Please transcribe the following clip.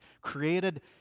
created